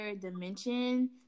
dimension